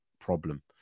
problem